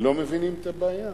לא מבינים את הבעיה.